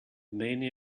many